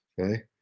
okay